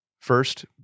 first